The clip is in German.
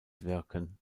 wirken